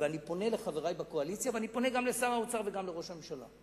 ואני פונה לחברי בקואליציה ואני פונה גם לשר האוצר וגם לראש הממשלה,